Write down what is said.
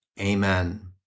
Amen